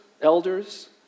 elders